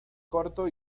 corto